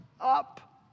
up